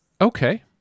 Okay